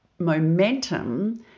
Momentum